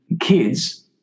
kids